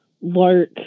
Lark